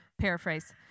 paraphrase